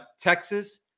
Texas